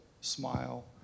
smile